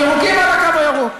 ירוקים עד הקו הירוק.